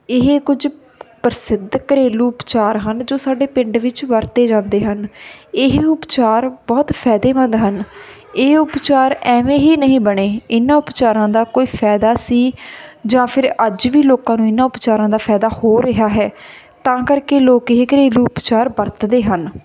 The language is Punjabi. ਇਹ ਕੁਝ ਪ੍ਰਸਿੱਧ ਘਰੇਲੂ ਉਪਚਾਰ ਹਨ ਜੋ ਸਾਡੇ ਪਿੰਡ ਵਿੱਚ ਵਰਤੇ ਜਾਂਦੇ ਹਨ ਇਹ ਉਪਚਾਰ ਬਹੁਤ ਫਾਇਦੇਮੰਦ ਹਨ ਇਹ ਉਪਚਾਰ ਐਵੇਂ ਹੀ ਨਹੀਂ ਬਣੇ ਇਹਨਾਂ ਉਪਚਾਰਾਂ ਦਾ ਕੋਈ ਫਾਇਦਾ ਸੀ ਜਾਂ ਫਿਰ ਅੱਜ ਵੀ ਲੋਕਾਂ ਨੂੰ ਇਹਨਾਂ ਉਪਚਾਰਾਂ ਦਾ ਫਾਇਦਾ ਹੋ ਰਿਹਾ ਹੈ ਤਾਂ ਕਰਕੇ ਲੋਕ ਇਹ ਘਰੇਲੂ ਉਪਚਾਰ ਵਰਤਦੇ ਹਨ